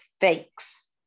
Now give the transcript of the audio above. fakes